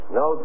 no